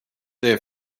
there